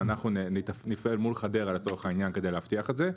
ואנחנו נפעל מול חדרה לצורך העניין כדי להבטיח את זה,